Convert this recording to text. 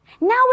now